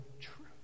true